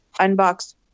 Unbox